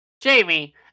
Jamie